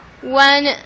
one